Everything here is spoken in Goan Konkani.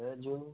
वॅजू